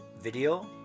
Video